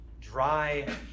dry